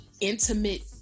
intimate